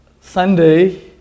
Sunday